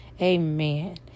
Amen